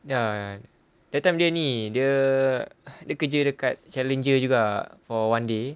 ya that time dia ni dia dia kerja dekat challenger juga for one day